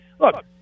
Look